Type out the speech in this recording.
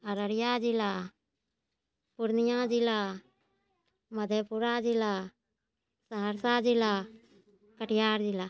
अररिया जिला पूर्णिया जिला मधेपुरा जिला सहरसा जिला कटिहार जिला